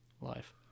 life